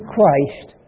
Christ